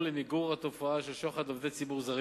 למיגור התופעה של שוחד לעובדי ציבור זרים.